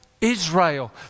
Israel